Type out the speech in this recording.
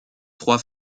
trois